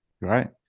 right